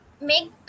Make